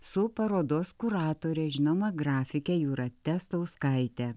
su parodos kuratore žinoma grafike jūrate stauskaite